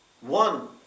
One